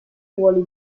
ruoli